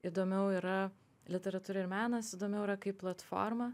įdomiau yra literatūra ir menas įdomiau yra kaip platforma